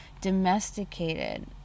domesticated